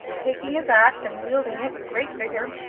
taking his ax and wielding it with great vigor,